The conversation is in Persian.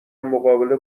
مقابل